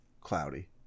Cloudy